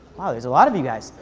ah there's a lot of you guys.